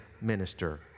minister